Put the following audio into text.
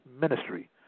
ministry